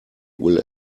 will